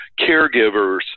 caregivers